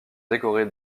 décorées